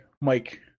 Mike